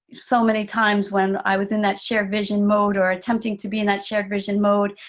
so many times, when i was in that shared vision mode, or attempting to be in that shared vision mode,